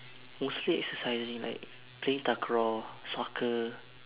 mostly exercising like playing takraw soccer